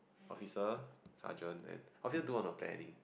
officer sergeant and officer do all the planning